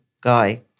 guy